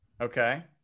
Okay